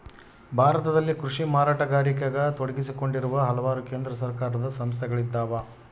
ಭಾರತದಲ್ಲಿ ಕೃಷಿ ಮಾರಾಟಗಾರಿಕೆಗ ತೊಡಗಿಸಿಕೊಂಡಿರುವ ಹಲವಾರು ಕೇಂದ್ರ ಸರ್ಕಾರದ ಸಂಸ್ಥೆಗಳಿದ್ದಾವ